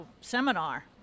seminar